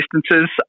distances